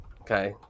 Okay